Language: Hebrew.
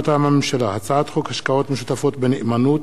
מטעם הממשלה: הצעת חוק השקעות משותפות בנאמנות